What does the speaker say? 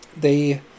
They